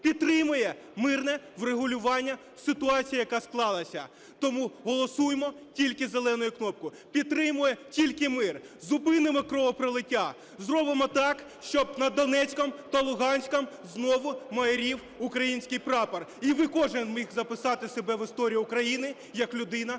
підтримує мирне врегулювання ситуації, яка склалася. Тому голосуємо тільки зеленою кнопкою, підтримуємо тільки мир, зупинимо кровопролиття, зробимо так, щоб над Донецьком та Луганськом знову майорів український прапор і ви, кожен міг записати себе в історію України як людина,